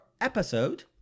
episode